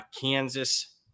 Kansas